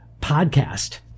podcast